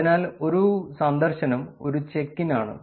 അതിനാൽ ഒരു സന്ദർശനം ഒരു ചെക്ക് ഇൻ ആണ്